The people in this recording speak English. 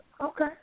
Okay